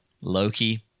Loki